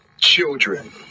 children